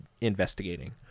investigating